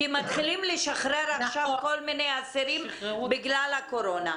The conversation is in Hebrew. כי מתחילים לשחרר עכשיו כל מיני אסירים בגלל הקורונה.